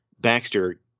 Baxter